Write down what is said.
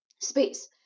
space